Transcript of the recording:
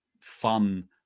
fun